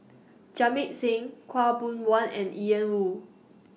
Jamit Singh Khaw Boon Wan and Ian Woo